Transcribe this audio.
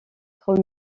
trop